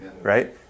Right